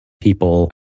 people